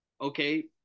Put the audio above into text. okay